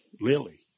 Lily